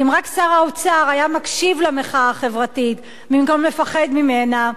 אם רק שר האוצר היה מקשיב למחאה החברתית במקום לפחד ממנה,